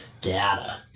data